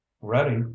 Ready